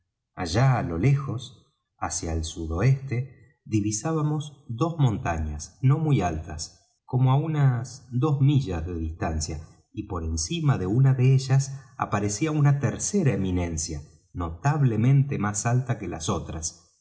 allá á lo lejos hacia el sudoeste divisábamos dos montañas no muy altas como á unas dos millas de distancia y por encima de una de ellas aparecía una tercera eminencia notablemente más alta que las otras